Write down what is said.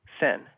sin